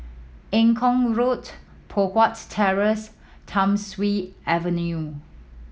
Eng Kong Road Poh Huat Terrace Thiam Siew Avenue